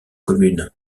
communes